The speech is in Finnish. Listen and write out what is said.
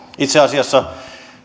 itse asiassa